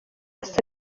asaba